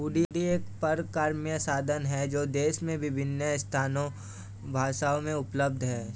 हुंडी एक परक्राम्य साधन है जो देश में विभिन्न स्थानीय भाषाओं में उपलब्ध हैं